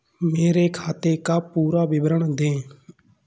मेरे खाते का पुरा विवरण दे?